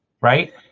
right